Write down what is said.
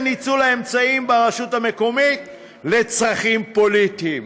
ניצול האמצעים ברשות המקומית לצרכים פוליטיים.